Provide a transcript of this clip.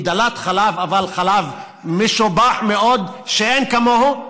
היא דלת חלב, אבל חלב משובח מאוד, שאין כמוהו.